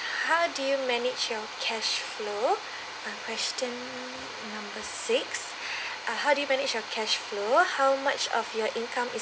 how do you manage your cash flow uh question number six ah how do you manage your cash flow how much of your income is